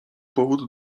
powód